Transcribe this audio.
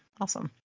awesome